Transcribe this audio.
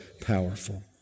powerful